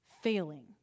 failing